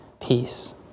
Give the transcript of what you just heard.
peace